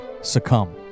succumb